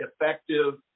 effective